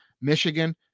Michigan